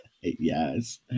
yes